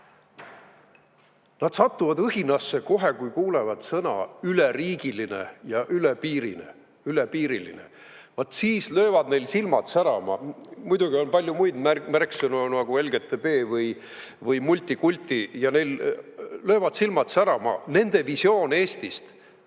Nad satuvad õhinasse kohe, kui kuulevad sõna "üleriigiline" või "ülepiiriline". Vaat siis löövad neil silmad särama. Muidugi on palju muid märksõnu, nagu LGBT või multikulti, ka siis neil löövad silmad särama. Nende visioon Eestist